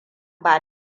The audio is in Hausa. ba